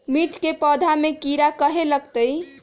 मिर्च के पौधा में किरा कहे लगतहै?